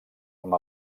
amb